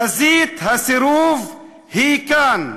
חזית הסירוב היא כאן.